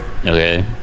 okay